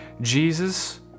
Jesus